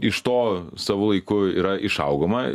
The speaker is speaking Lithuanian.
iš to savu laiku yra išaugoma